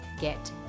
get